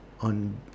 on